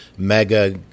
mega